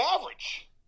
average